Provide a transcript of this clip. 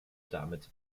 damit